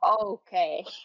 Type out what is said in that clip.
Okay